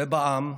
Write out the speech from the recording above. ובעם,